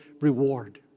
reward